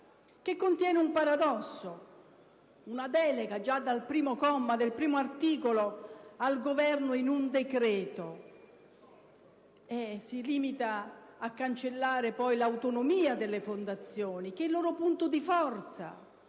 che contiene un paradosso già dal primo comma del primo articolo (una delega al Governo in un decreto-legge) e si limita a cancellare poi l'autonomia delle fondazioni, che è il loro punto di forza